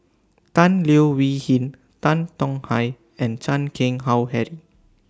Tan Leo Wee Hin Tan Tong Hye and Chan Keng Howe Harry